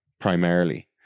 primarily